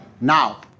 Now